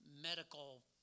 medical